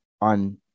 on